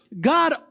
God